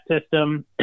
system